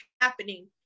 happening